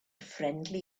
friendly